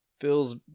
feels